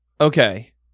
okay